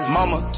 Mama